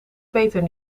beter